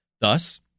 Thus